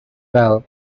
bell